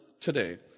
today